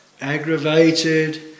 aggravated